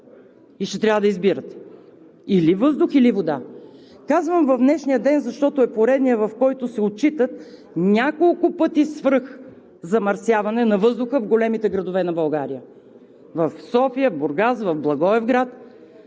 И ще трябва да избирате – или въздух, или вода. Казвам в днешния ден, защото е поредният, в който се отчита няколко пъти свръхзамърсяване на въздуха в големите градове на България – в София, в Бургас, в Благоевград,